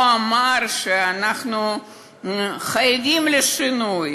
הוא אמר: אנחנו חייבים שינוי.